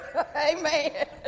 Amen